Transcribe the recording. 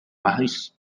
maes